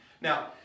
Now